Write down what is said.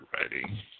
ready